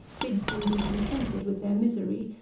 bids them be contented with their misery,